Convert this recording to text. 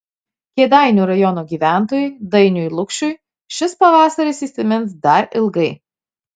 kėdainių rajono gyventojui dainiui lukšiui šis pavasaris įsimins dar ilgai